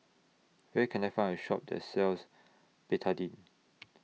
Where Can I Find A Shop that sells Betadine